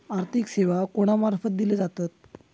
आर्थिक सेवा कोणा मार्फत दिले जातत?